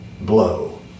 blow